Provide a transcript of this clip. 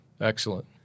excellent